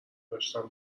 داشتن